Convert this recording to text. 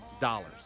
dollars